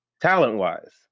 Talent-wise